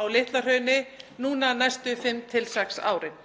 á Litla-Hrauni næstu fimm til sex árin.